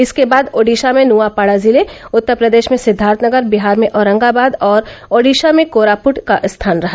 इसके बाद ओडिशा में नुआपाड़ा जिले उत्तर प्रदेश में सिद्धार्थनगर बिहार में औरगांबाद और ओडिशा में कोरापुट का स्थान रहा